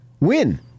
Win